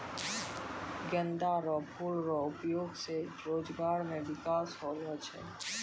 गेंदा रो फूल रो उपयोग से रोजगार मे बिकास होलो छै